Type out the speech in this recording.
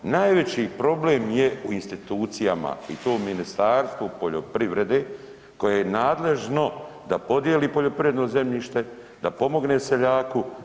Najveći problem je u institucijama i to Ministarstvo poljoprivrede koje je nadležno da podijeli poljoprivredno zemljište, da pomogne seljaku.